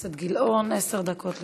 בבקשה, חבר הכנסת גילאון, עשר דקות לרשותך.